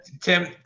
Tim